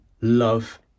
love